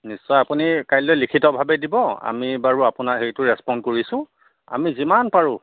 নিশ্চয় আপুনি কালিলৈ লিখিতভাৱে দিব আমি বাৰু আপোনাৰ হেৰিটো ৰেছপঞ্চ কৰিছোঁ আমি যিমান পাৰোঁ